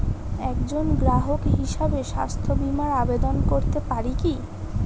একজন গ্রাহক হিসাবে স্বাস্থ্য বিমার আবেদন করতে পারি কি?